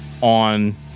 on